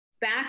Back